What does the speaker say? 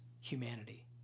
humanity